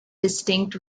distinct